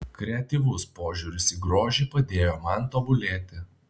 kreatyvus požiūris į grožį padėjo man tobulėti